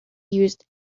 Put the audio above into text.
used